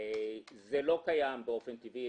זה לא קיים באופן טבעי.